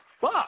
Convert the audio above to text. fuck